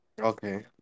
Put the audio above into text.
Okay